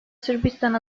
sırbistan